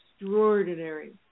extraordinary